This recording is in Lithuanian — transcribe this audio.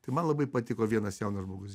tai man labai patiko vienas jaunas žmogus